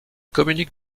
communique